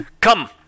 Come